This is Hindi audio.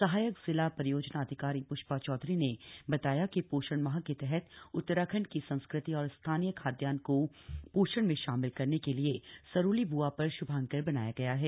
सहायक जिला रियोजना अधिकारी ष्या चौधरी ने बताया कि ीषण माह के तहत उत्तराखण्ड की संस्कृति और स्थानीय खाद्यान्न को ोषण में शामिल करने के लिए सरूली बुआ र शुभांकर बनाया गया है